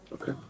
okay